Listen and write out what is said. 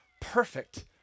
perfect